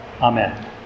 Amen